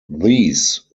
these